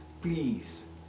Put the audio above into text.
please